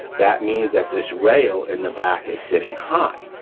that means that this rail in the back is sitting high.